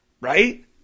right